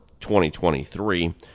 2023